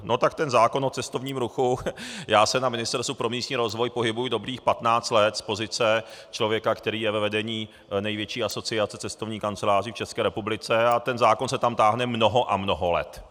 No tak ten zákon o cestovním ruchu já se na Ministerstvu pro místní rozvoj pohybuji dobrých patnáct let z pozice člověka, který je ve vedení největší asociace cestovních kanceláří v České republice ten zákon se tam táhne mnoho a mnoho let.